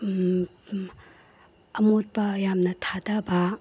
ꯑꯃꯣꯠꯄ ꯌꯥꯝꯅ ꯊꯥꯗꯕ